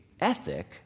ethic